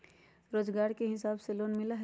रोजगार के हिसाब से लोन मिलहई?